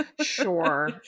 Sure